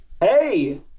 Hey